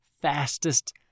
fastest